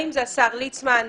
האם זה השר ליצמן?